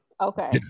Okay